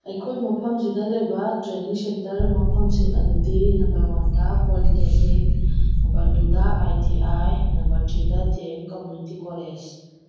ꯑꯩꯈꯣꯏ ꯃꯐꯝꯁꯤꯗ ꯂꯩꯕ ꯇ꯭ꯔꯦꯟꯅꯤꯡ ꯁꯦꯟꯇꯔ ꯃꯐꯝꯁꯤꯡ ꯑꯗꯨꯗꯤ ꯅꯝꯕꯔ ꯋꯥꯟꯗ ꯄꯣꯂꯤꯇꯦꯛꯅꯤꯛ ꯅꯝꯕꯔ ꯇꯨꯗ ꯑꯥꯏ ꯇꯤ ꯑꯥꯏ ꯅꯝꯕꯔ ꯊ꯭ꯔꯤꯗ ꯗꯦ ꯑꯦꯝ ꯀꯝꯃꯨꯏꯅꯤꯇꯤ ꯀꯣꯂꯦꯖ